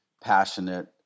passionate